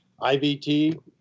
IVT